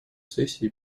сессии